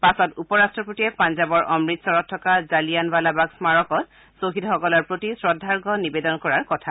পাছত উপ ৰাট্টপতিয়ে পঞ্জাৱৰ অমৃতচৰত থকা জালিয়ানৱালাবাগ স্মাৰকত ছহিদসকলৰ প্ৰতি শ্ৰদ্ধাৰ্য্য নিবেদন কৰাৰ কথা